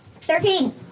Thirteen